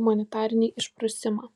humanitarinį išprusimą